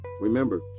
Remember